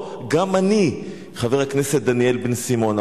אם כי ראש עיריית קריית-שמונה חולק על העובדה שאינם נכונים.